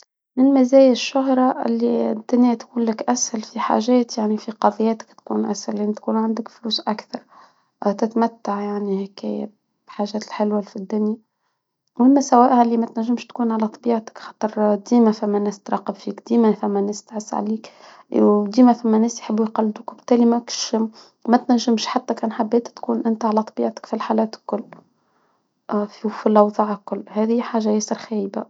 من مزايا الشهرة اللي الدنيا تكون لك اسهل فى حاجات يعنى فى قضيتك تكون اسهل يعنى تكون عندك فلوس اكثر. اه تتمتع يعني هكا بالحاجات الحلوة في الدنيا. المهم سوائها اللي ما تنجمش تكون على طبيعتك خاطر ديما فما ناس تراقب فيك ديما فما الناس تحس عليك ديما فما ناس يحبوا يقلدوك وبالتالى ما تنجمش حتى كان حبيت تكون انت على طبيعتك في الحالات القرب شوف لو تعقل هذه حاجة ياسر خايبة.